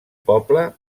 poble